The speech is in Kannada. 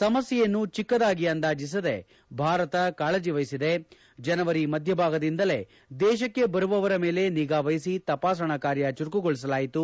ಸಮಸ್ಕೆಯನ್ನು ಚಿಕ್ಕದಾಗಿ ಅಂದಾಜಿಸದೆ ಭಾರತ ಕಾಳಜಿವಹಿಸಿದೆ ಜನವರಿ ಮಧ್ಯಭಾಗದಿಂದಲೇ ದೇಶಕ್ಕೆ ಬರುವವರ ಮೇಲೆ ನಿಗಾ ವಹಿಸಿ ತಪಾಸಣಾ ಕಾರ್ಯ ಚುರುಕುಗೊಳಿಸಲಾಯಿತು